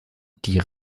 die